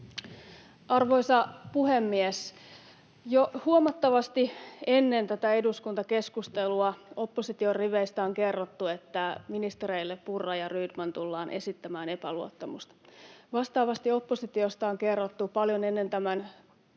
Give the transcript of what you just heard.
Arvoisa puhemies! Jo huomattavasti ennen tätä eduskuntakeskustelua opposition riveistä on kerrottu, että ministereille Purra ja Rydman tullaan esittämään epäluottamusta. Vastaavasti oppositiosta on kerrottu paljon ennen tämän tiedonannon